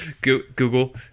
Google